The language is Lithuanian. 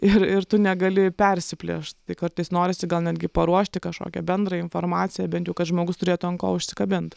ir ir tu negali persiplėšt tai kartais norisi gal netgi paruošti kažkokią bendrą informaciją bent jau kad žmogus turėtų ant ko užsikabint